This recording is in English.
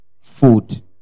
food